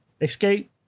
Escape